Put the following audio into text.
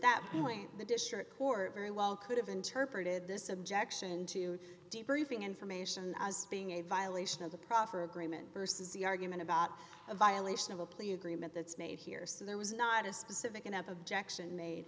that point the district court very long could have interpreted this objection to debriefing information as being a violation of the proffer agreement versus the argument about a violation of a plea agreement that's made here so there was not a specific enough objection made